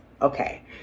Okay